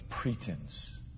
pretense